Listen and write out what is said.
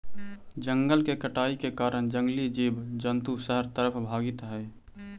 जंगल के कटाई के कारण जंगली जीव जंतु शहर तरफ भागित हइ